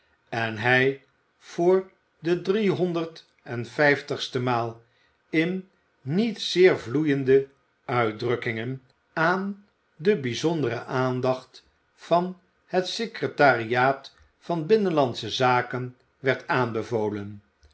en hij voor de driehonderd en vijftigste maal in niet zeer vloeiende uitdrukkingen aan de bijzondere aandacht van het secretariaat van binnenlandsche zaken werd aanbevolen